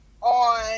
on